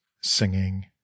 singing